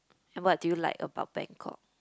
what do you like about Bangkok